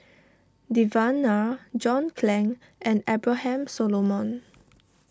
Devan Nair John Clang and Abraham Solomon